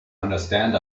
understand